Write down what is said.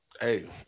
Hey